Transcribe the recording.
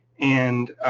and